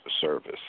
service